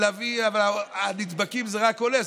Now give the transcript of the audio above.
אבל הנדבקים זה רק עולה,